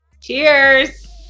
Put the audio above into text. Cheers